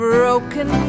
Broken